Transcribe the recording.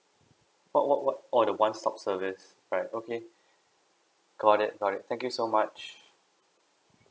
what what what oh the one stop service right okay got it got it thank you so much